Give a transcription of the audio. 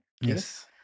Yes